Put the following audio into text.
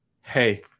hey